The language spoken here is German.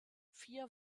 vier